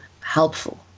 helpful